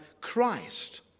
Christ